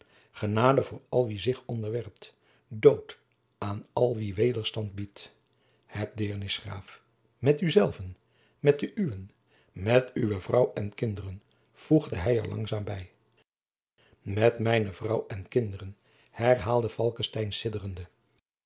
voor al wie zich onderwerpt dood aan al wie wederstand biedt heb deernis graaf met u zelven met de uwen met uwe vrouw en kinderen voegde hij er langzaam bij jacob van lennep de pleegzoon met mijne vrouw en kinderen herhaalde